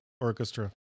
Orchestra